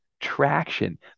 Traction